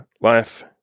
life